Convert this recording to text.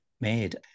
made